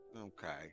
Okay